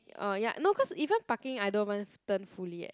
oh ya no cause even parking I don't even turn fully eh